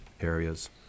areas